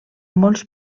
molts